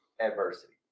adversity